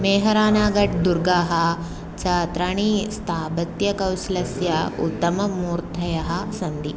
मेहरानागडदुर्गः छात्राणां स्थापत्यकौशलस्य उत्तममूर्तयः सन्ति